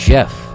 Jeff